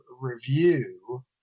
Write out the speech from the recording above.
review